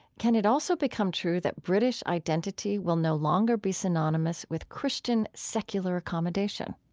can it also become true that british identity will no longer be synonymous with christian secular accommodation?